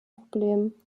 problem